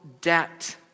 debt